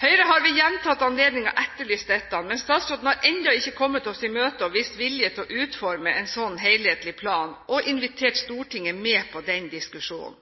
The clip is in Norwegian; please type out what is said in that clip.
Høyre har ved gjentatte anledninger etterlyst dette, men statsråden har ennå ikke kommet oss i møte og vist vilje til å utforme en slik helhetlig plan og invitert Stortinget med på den diskusjonen.